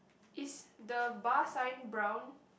is the bar sign brown